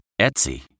Etsy